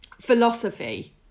philosophy